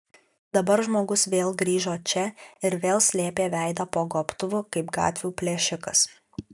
dabar žmogus vėl grįžo čia ir vėl slėpė veidą po gobtuvu kaip gatvių plėšikas